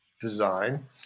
design